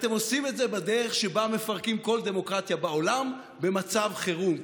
אתם עושים את זה בדרך שבה מפרקים כל דמוקרטיה בעולם במצב חירום,